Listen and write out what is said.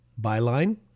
Byline